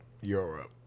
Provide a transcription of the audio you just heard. Europe